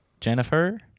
Jennifer